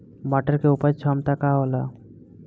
मटर के उपज क्षमता का होला?